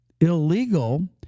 illegal